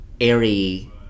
airy